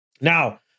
Now